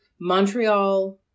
Montreal